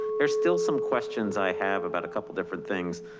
there's still some questions i have about a couple of different things.